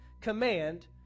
command